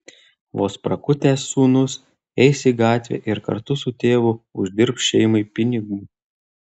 vos prakutęs sūnus eis į gatvę ir kartu su tėvu uždirbs šeimai pinigų